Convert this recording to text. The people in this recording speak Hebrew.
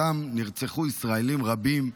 נרצחו ישראלים רבים,